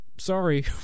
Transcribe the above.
Sorry